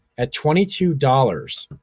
at twenty two dollars,